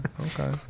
Okay